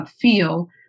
feel